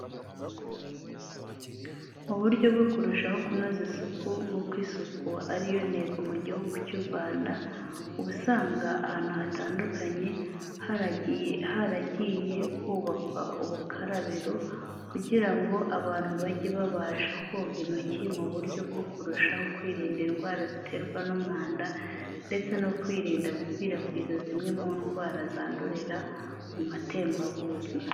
Mu buryo bwo kurushaho kunoza isuku nk'uko isuku ari yo ntego mu gihugu cy'u Rwanda, uba usanga ahantu hatandukanye haragiye hubakwa ubukarabiro kugira ngo abantu bajye babasha koga intoki mu buryo bwo kurushaho kwirinda indwara ziterwa n'umwanda ndetse no kwirinda gukwirakwiza zimwe mu ndwara zandurira mu matembabuzi.